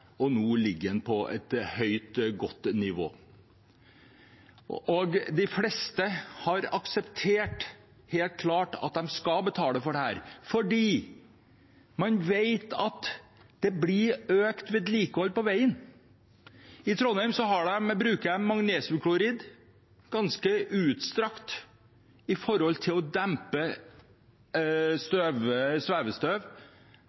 Nå ligger den på et høyt og godt nivå. De fleste har helt klart akseptert at de skal betale for dette, fordi man vet at det blir økt vedlikehold på veien. I Trondheim bruker man magnesiumklorid ganske utstrakt for å dempe